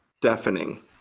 deafening